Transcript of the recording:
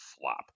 flop